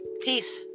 Peace